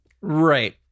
Right